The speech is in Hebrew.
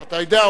אתה יודע,